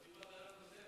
לא דיברת על הנושא,